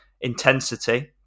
intensity